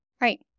Right